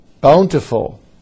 bountiful